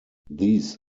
these